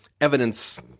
evidence